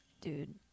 Dude